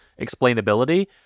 explainability